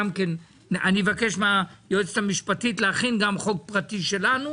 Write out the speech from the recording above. אני אבקש מהיועצת המשפטית להכין חוק פרטי שלנו.